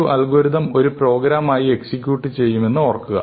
ഒരു അൽഗോരിതം ഒരു പ്രോഗ്രാമായി എക്സിക്യൂട്ട് ചെയ്യുമെന്നത് ഓർക്കുക